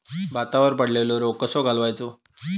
भातावर पडलेलो रोग कसो घालवायचो?